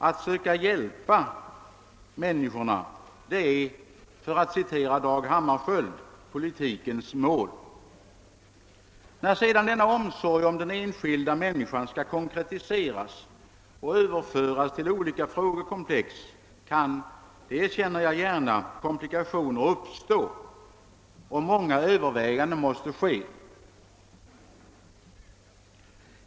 Att söka hjälpa människorna är, för att citera Dag Hammarskjöld, politikens mål. När sedan denna omsorg om den enskilda människan skall konkretiseras och överföras till olika frågekomplex kan — det erkänner jag gärna — komplikationer uppstå, och många överväganden måste göras.